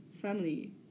family